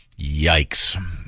Yikes